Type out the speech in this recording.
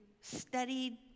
studied